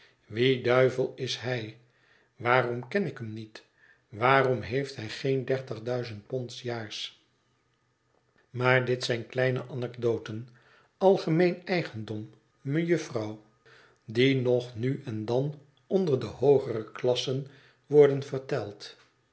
wie duivel is hij waarom ken ik hem niet waarom heeft hij geen dertig duizend pond s jaars maar dit zijn kleine anekdoten algemeen eigendom mejufvrouw die nog nu en dan onder de hoogere klassen worden verteld